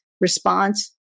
response